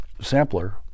sampler